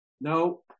No